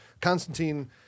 Constantine